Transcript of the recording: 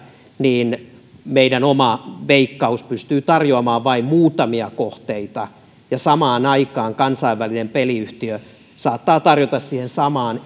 meidän oma veikkaus pystyy hänelle tarjoamaan vain muutamia kohteita ja samaan aikaan kansainvälinen peliyhtiö saattaa tarjota siihen samaan